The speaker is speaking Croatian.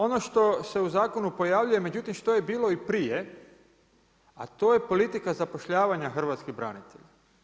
Ono što se u zakonu pojavljuje, međutim što je bilo i prije, a to je politika zapošljavanja hrvatskih branitelja.